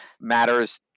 matters